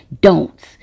don'ts